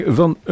van